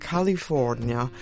California